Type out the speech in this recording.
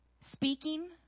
speaking